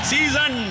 Season